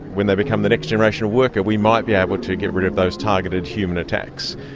when they become the next generation of worker, we might be able to get rid of those targeted human attacks.